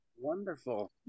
wonderful